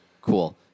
Cool